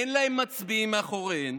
אין להן מצביעים מאחוריהן,